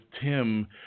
Tim